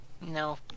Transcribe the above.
No